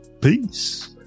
peace